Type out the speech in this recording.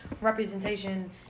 representation